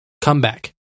Comeback